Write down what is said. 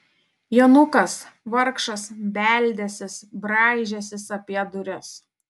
jonukas vargšas baldęsis braižęsis apie duris